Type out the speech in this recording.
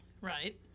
Right